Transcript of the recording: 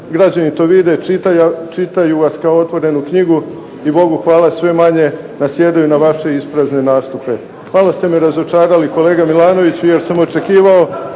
Građani to vide, čitaju vas kao otvorenu knjigu i Bogu hvala sve manje nasjedaju na vaše isprazne nastupe. Malo ste me razočarali kolega Milanoviću jer sam očekivao